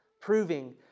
proving